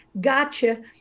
Gotcha